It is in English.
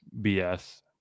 BS